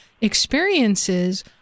experiences